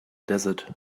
desert